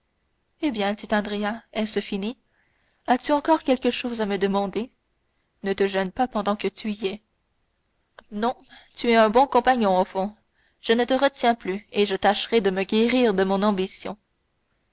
eh bien dit andrea est-ce fini as-tu encore quelque chose à me demander ne te gêne pas pendant que tu y es non tu es un bon compagnon au fond je ne te retiens plus et je tâcherai de me guérir de mon ambition